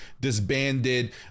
disbanded